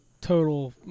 total